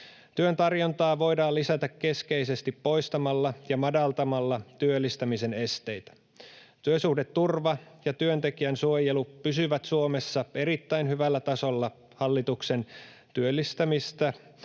Työn tarjontaa voidaan lisätä keskeisesti poistamalla ja madaltamalla työllistämisen esteitä. Työsuhdeturva ja työntekijän suojelu pysyvät Suomessa erittäin hyvällä tasolla hallituksen työllistämisen